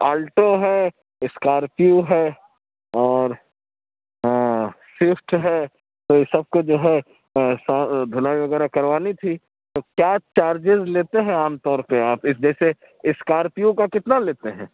Alto ہے Scorpio ہے اور سوئفٹ ہے تو یہ سب کو جو ہے صاف دُھلائی وغیرہ کروانی تھی تو کیا چارجیز لیتے ہیں عام طور پہ آپ اِس جیسے اسکارپیو کا کتنا لیتے ہیں